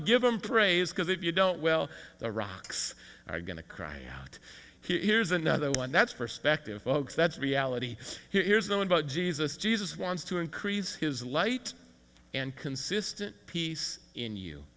give him praise because if you don't well the rocks are going to cry out here's another one that's perspective folks that's reality here's the one about jesus jesus wants to increase his light and consistent peace in you